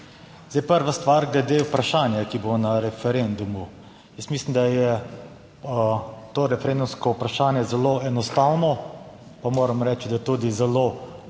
Zdaj, prva stvar glede vprašanja, ki bo na referendumu, jaz mislim, da je to referendumsko vprašanje zelo enostavno, pa moram reči, da je tudi zelo usklajeno